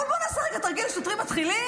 אבל בואו נעשה רגע תרגיל לשוטרים מתחילים.